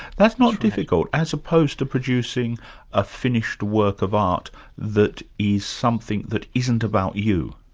that's not difficult, as opposed to producing a finished work of art that is something that isn't about you.